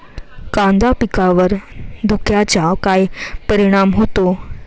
कांदा पिकावर धुक्याचा काय परिणाम होतो?